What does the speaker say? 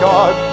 God